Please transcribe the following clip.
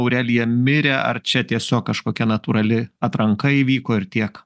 aurelija mirė ar čia tiesiog kažkokia natūrali atranka įvyko ir tiek